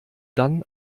dann